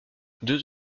deux